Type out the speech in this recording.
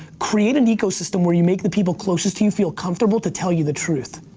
create an ecosystem where you make the people closest to you feel comfortable to tell you the truth.